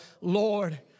Lord